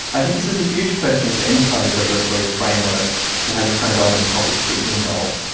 i think this is a huge question for any kind of regulatory framework that has a kind of element of public scrutiny involved.